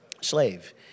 slave